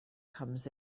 comes